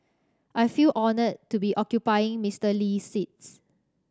I feel honoured to be occupying Mister Lee's seat